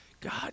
God